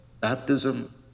baptism